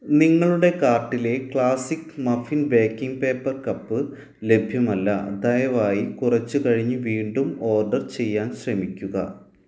നിങ്ങളുടെ കാർട്ടിലെ classic muffin baking paper cup ലഭ്യമല്ല ദയവായി കുറച്ചു കഴിഞ്ഞ് വീണ്ടും ഓർഡർ ചെയ്യാൻ ശ്രമിക്കുക